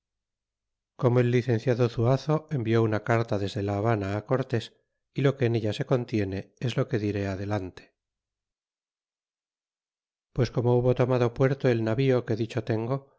corno el licenciado zuazo envió una carta dende la habana cortés y lo que en ella se contiene es lo que diré adelante pues corno hubo tornado puerto el navío que dicho tengo